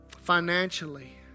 financially